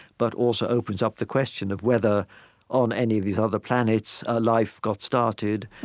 but also opens up the question of whether on any of these other planets life got started,